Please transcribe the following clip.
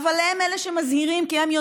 אני נין לעולה, אבל גם נכד